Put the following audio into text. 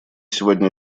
сегодня